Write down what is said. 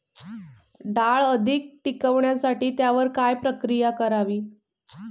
डाळ अधिक टिकवण्यासाठी त्यावर काय प्रक्रिया करावी?